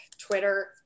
twitter